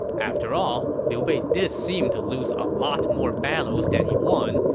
after all, liu bei did seem to lose a lot more battles than he won,